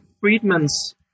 Friedman's